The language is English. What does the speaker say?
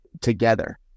together